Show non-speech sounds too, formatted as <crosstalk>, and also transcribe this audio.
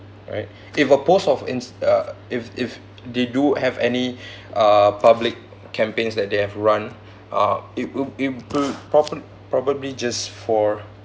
alright if a post of insta~ if if they do have any <breath> uh public campaigns that they have run uh it'll it would proba~ probably just for